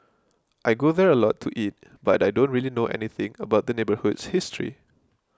I go there a lot to eat but I don't really know anything about the neighbourhood's history